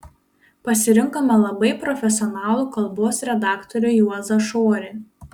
pasirinkome labai profesionalų kalbos redaktorių juozą šorį